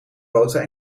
boter